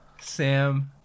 Sam